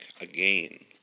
again